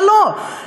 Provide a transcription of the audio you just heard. אבל לא.